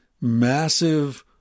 massive